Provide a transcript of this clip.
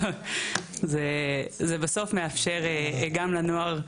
זה בסוף מאפשר גם לנוער,